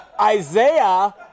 Isaiah